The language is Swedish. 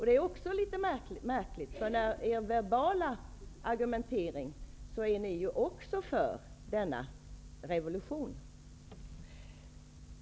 Det är också litet märkligt, eftersom ni i er verbala argumentering också är för denna revolution.